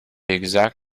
exact